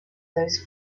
those